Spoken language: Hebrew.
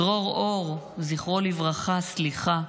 דרור אור, זכרו לברכה, סליחה,